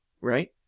Right